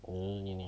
oh